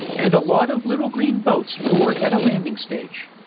and a lot of little green boats moored at a landing-stage.